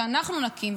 כשאנחנו נקים,